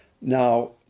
Now